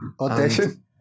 Audition